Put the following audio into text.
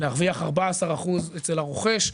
להרוויח 14% אצל הרוכש,